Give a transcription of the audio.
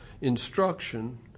instruction